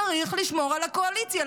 צריך לשמור על הקואליציה.